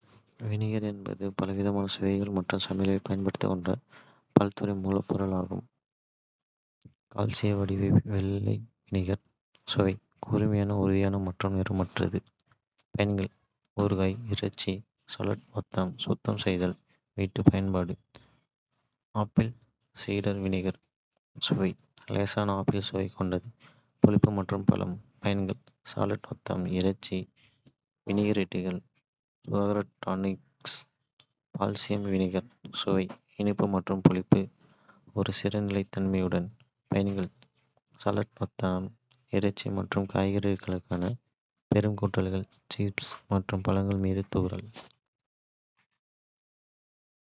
வினிகர் என்பது பலவிதமான சுவைகள் மற்றும் சமையலில் பயன்பாடுகளைக் கொண்ட பல்துறை மூலப்பொருள் ஆகும். சில பொதுவான வகைகள் மற்றும் அவற்றின் சமையல் பயன்பாடுகள் இங்கே. காய்ச்சி வடிகட்டிய வெள்ளை வினிகர். சுவை கூர்மையான, உறுதியான மற்றும் நிறமற்றது. பயன்கள் ஊறுகாய், இறைச்சிகள், சாலட் ஒத்தடம், சுத்தம் செய்தல் (வீட்டு பயன்பாடு). Apple cider vinegar. சுவை லேசான ஆப்பிள் சுவை கொண்ட புளிப்பு மற்றும் பழம். பயன்கள்: சாலட் ஒத்தடம், இறைச்சிகள், வினிகிரெட்டுகள், சுகாதார டானிக்ஸ். Balsamic vinegar. சுவை இனிப்பு மற்றும் புளிப்பு, ஒரு சிரப் நிலைத்தன்மையுடன். பயன்கள் சாலட் ஒத்தடம், இறைச்சிகள் மற்றும் காய்கறிகளுக்கான மெருகூட்டல்கள், சீஸ் மற்றும் பழங்கள் மீது தூறல்.